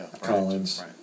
Collins